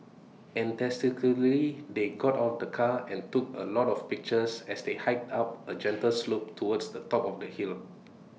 they got out of the car and took A lot of pictures as they hiked up A gentle slope towards the top of the hill